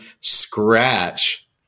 scratch